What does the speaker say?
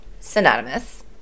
synonymous